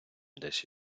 десь